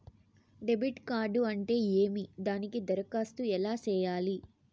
debit card అంటే ఏమి దానికి దరఖాస్తు ఎలా సేయాలి